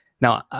Now